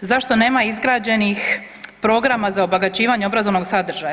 zašto nema izgrađenih programa za obogaćivanje obrazovnog sadržaja?